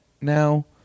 now